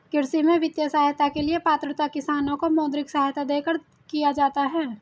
कृषि में वित्तीय सहायता के लिए पात्रता किसानों को मौद्रिक सहायता देकर किया जाता है